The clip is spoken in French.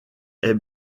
est